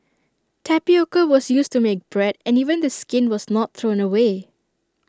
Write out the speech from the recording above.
tapioca was used to make bread and even the skin was not thrown away